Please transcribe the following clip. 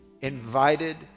invited